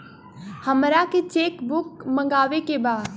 हमारा के cheque book मगावे के बा?